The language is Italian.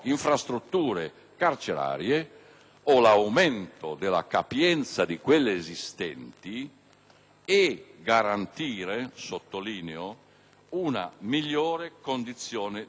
o l'aumento della capienza di quelle esistenti e garantire - sottolineo - una migliore condizione di vita ai detenuti.